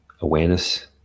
awareness